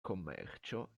commercio